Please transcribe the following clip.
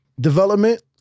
development